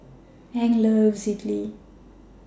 Hank loves Idili